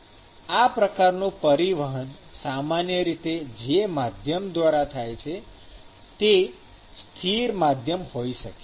આ પ્રકારનું પરિવહન સામાન્ય રીતે જે માધ્યમ દ્વારા થાય છે તે સ્થિર માધ્યમ હોઈ શકે છે